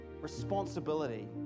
responsibility